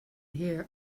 hear